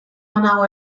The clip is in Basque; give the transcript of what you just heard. banago